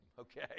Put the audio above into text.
okay